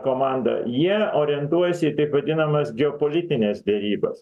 komandą jie orientuojasi į taip vadinamas geopolitines derybas